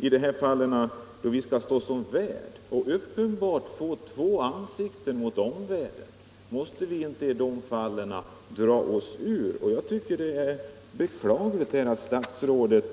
Måste vi inte avsäga oss värdskapet när vi ser att det uppenbarligen skulle medföra att vi visar upp två ansikten mot omvärlden? Jag tycker det är beklagligt att statsrådet